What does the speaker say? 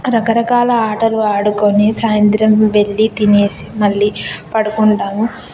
రకరకాల ఆటలు ఆడుకొని సాయింత్రం వెళ్ళి తినేసి మళ్ళీ పడుకుంటాము